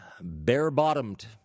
bare-bottomed